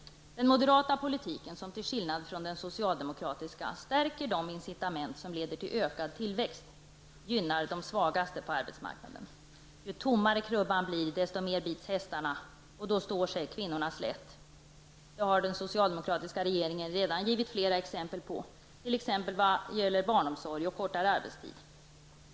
Den moderata politiken, som till skillnad från den socialdemokratiska stärker de incitament som leder till ökad tillväxt, gynnar de svagaste på arbetsmarknaden. Ju tommare krubban blir, desto mer bits hästarna och då står kvinnorna sig slätt. Det har den socialdemokratiska regeringen redan givit flera exempel på, t.ex. vad gäller barnomsorg och kortare arbetstid.